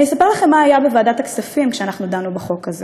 אני אספר לכם מה היה בוועדת הכספים כשאנחנו דנו בחוק הזה.